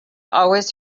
always